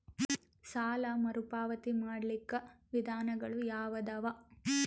ಸಾಲ ಮರುಪಾವತಿ ಮಾಡ್ಲಿಕ್ಕ ವಿಧಾನಗಳು ಯಾವದವಾ?